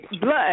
blood